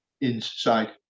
inside